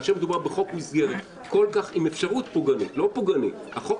כאשר מדובר בחוק מסגרת עם אפשרות פוגענית החוק